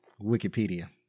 Wikipedia